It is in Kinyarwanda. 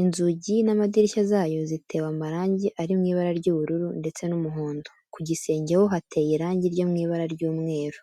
inzugi n'amadirishya zayo ziteye amarangi ari mu ibara ry'ubururu ndetse n'umuhondo, ku gisenge ho hateye irangi ryo mu ibara ry'umweru.